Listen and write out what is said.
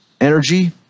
energy